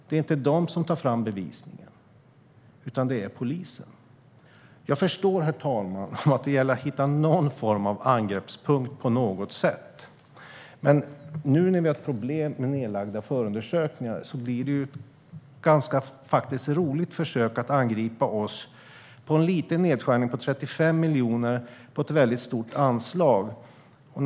Det är inte de som tar fram bevisning, utan det är polisen. Jag förstår, herr talman, att det gäller att hitta någon form av angreppspunkt, men nu när vi har ett problem med nedlagda förundersökningar blir försöket att angripa oss för en liten nedskärning på 35 miljoner av ett väldigt stort anslag faktiskt ganska roligt.